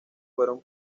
fueron